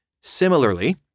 Similarly